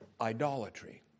idolatry